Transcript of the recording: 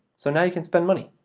so now you can spend money.